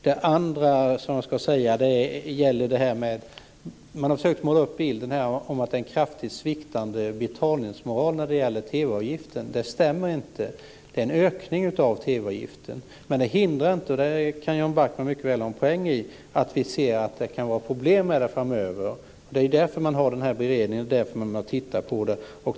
Det andra jag ska säga gäller att man här har försökt måla upp bilden att det är en kraftigt sviktande betalningsmoral när det gäller TV-avgiften. Det stämmer inte. Det är en ökning av antalet betalda TV Det hindrar inte - och det kan Jan Backman mycket väl ha en poäng i - att vi ser att det kan vara problem med det framöver. Det är därför man har beredningen och tittar på frågan.